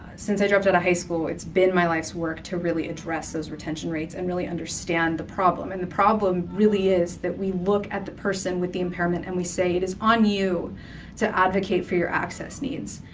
since i dropped out of high school, its been my life's work to really address those retention rates and really understand the problem. and the problem really is that we look at the person with the impairment and we say it is on you to advocate for your access needs,